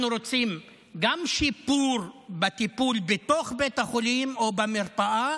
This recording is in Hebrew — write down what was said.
אנחנו רוצים גם שיפור בטיפול בתוך בית החולים או במרפאה,